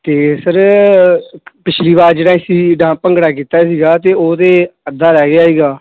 ਅਤੇ ਸਰ ਪਿਛਲੀ ਵਾਰ ਜਿਹੜਾ ਅਸੀਂ ਜਿੱਦਾਂ ਭੰਗੜਾ ਕੀਤਾ ਸੀਗਾ ਅਤੇ ਉਹ ਤਾਂ ਅੱਧਾ ਰਹਿ ਗਿਆ ਸੀਗਾ